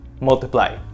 multiply